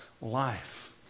life